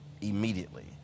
immediately